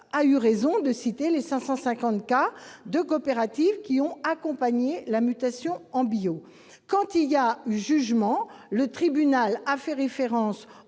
a eu raison de citer les 550 cas de coopératives qui ont accompagné la mutation vers le bio. Quand il y a eu jugement, le tribunal a fait référence